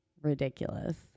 ridiculous